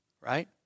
right